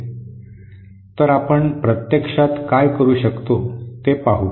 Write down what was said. तर आपण प्रत्यक्षात काय करू शकतो ते पाहू